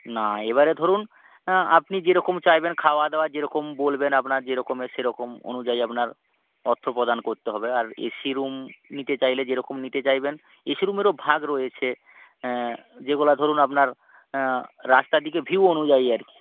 না এবারে ধরুন হ্যাঁ আপনি যেরকম চাইবেন খাওয়া দাওয়া যেরকম বলবেন আপনার যেরকমের সেরকম অনুযায়ী আপনার অর্থপ্রদান করতে হবে আর এসি রুম নিতে চাইলে যেরকম নিতে চাইবেন এসি রুমেরও ভাগ রয়েছে যেগুলা ধরুন আপনার রাস্তার দিকের ভিউ অনুযায়ী আর কি